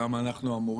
למה אנחנו אמורים,